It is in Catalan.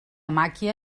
màquia